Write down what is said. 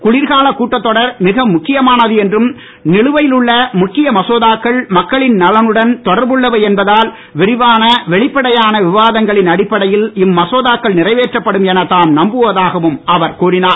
குளிர்காலக் கூட்டத் தொடர் மிக முக்கியமானது என்றும் நிலுவையில் உள்ள முக்கிய மசோதாக்கள் மக்களின் நலனுடன் தொடர்புள்ளவை என்பதால் விரிவான வெளிப்படையான விவாதங்களின் அடிப்படையில் இம்மசோதாக்கள் நிறைவேற்றப்படும் என தாம் நம்புவதாகவும் அவர் கூறினார்